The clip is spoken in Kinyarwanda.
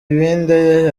ibindi